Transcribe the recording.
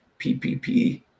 PPP